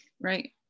Right